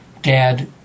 dad